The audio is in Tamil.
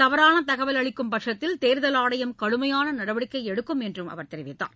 தவறான தகவல் அளிக்கும்பட்சத்தில் தேர்தல் ஆணையம் கடுமையான நடவடிக்கை எடுக்கும் என்று அவர் தெரிவித்தார்